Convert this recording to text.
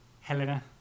Helena